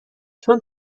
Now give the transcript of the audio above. چون